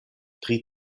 tri